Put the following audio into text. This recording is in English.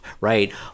right